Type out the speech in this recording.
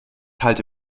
halte